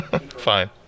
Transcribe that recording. Fine